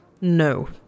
No